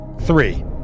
Three